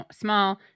small